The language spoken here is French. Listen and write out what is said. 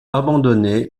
abandonné